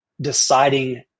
deciding